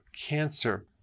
cancer